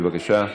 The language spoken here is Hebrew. בבקשה.